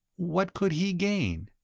what could he gain?